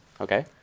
Okay